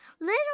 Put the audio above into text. Little